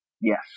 Yes